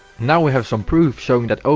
now we have some proof showing that osu!